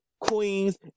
Queens